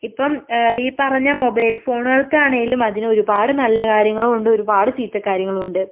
ഇപ്പം ഈ പറഞ്ഞ മൊബൈൽ ഫോണുകൾക്ക് ആണെങ്കിലും അതിന് ഒരുപാട് നല്ല കാര്യങ്ങളുമുണ്ട് ഒരുപാട് ചീത്ത കാര്യങ്ങളുമുണ്ട്